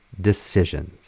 decisions